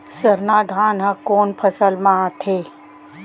सरना धान ह कोन फसल में आथे?